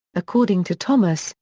according to thomas,